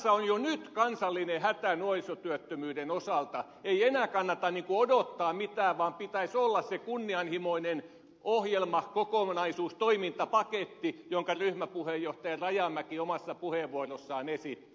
maassa on jo nyt kansallinen hätä nuorisotyöttömyyden osalta ei enää kannata odottaa mitään vaan pitäisi olla se kunnianhimoinen ohjelmakokonaisuus toimintapaketti jonka ryhmäpuheenjohtaja rajamäki omassa puheenvuorossaan esitti